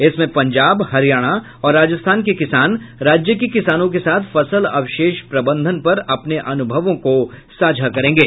इसमें पंजाब हरियाणा और राजस्थान के किसान राज्य के किसानों के साथ फसल अवशेष प्रबंधन पर अपने अनुभवों को साझा करेंगे